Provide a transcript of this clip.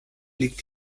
liegt